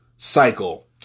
Cycle